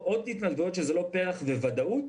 התנדבויות נוספות חוץ מפר"ח וודאות,